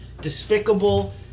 despicable